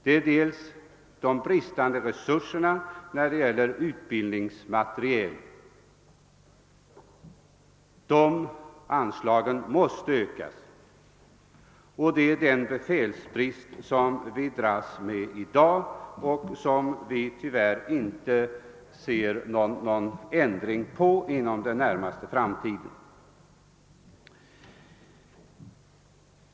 Dels gäller det de bris tande resurserna i fråga om utbildningsmateriel, där anslagen måste höjas, dels den befälsbrist vi dras med i dag och beträffande vilken det tyvärr inte synes bli någon förbättring inom den närmaste framtiden.